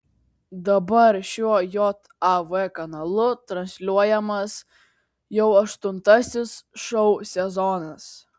dabar šiuo jav kanalu transliuojamas jau aštuntasis šou sezonas